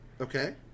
Okay